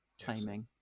timing